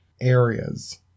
areas